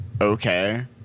okay